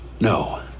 no